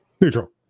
Neutral